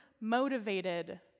motivated